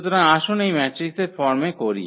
সুতরাং আসুন এই ম্যাট্রিক্সের ফর্মে করি